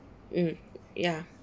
mm ya